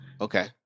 Okay